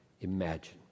imagine